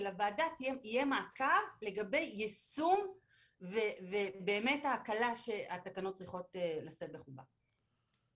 שלוועדה יהיה מעקב לגבי יישום ובאמת ההקלה שהתקנות צריכות לשאת בחובן.